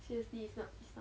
seriously it's not it's not